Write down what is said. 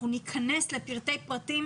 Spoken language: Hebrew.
אנחנו ניכנס לפרטי פרטים